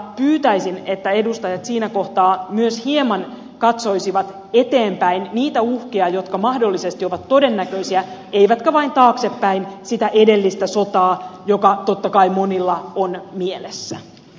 pyytäisin että edustajat siinä kohtaa myös hieman katsoisivat eteenpäin niitä uhkia jotka mahdollisesti ovat todennäköisiä eivätkä vain taaksepäin sitä edellistä sotaa joka totta kai monilla on mielessä